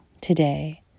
today